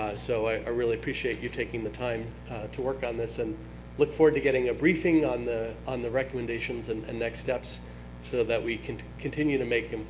so i really appreciate you taking the time to work on this and look forward to getting a briefing on the on the recommendations and and next steps so that we can continue to make